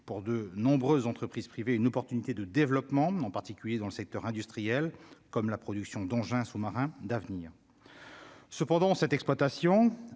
pour de nombreuses entreprises privées une opportunité de développement, en particulier dans le secteur industriel comme la production d'engins sous-marins d'avenir cependant cette exploitation